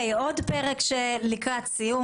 עוד פרק לקראת סיום.